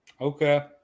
Okay